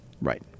Right